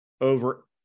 over